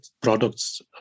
products